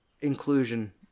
inclusion